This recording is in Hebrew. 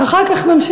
אני מוכן